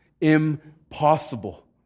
Impossible